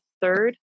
third